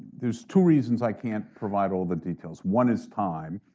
there's two reasons i can't provide all the details. one is time,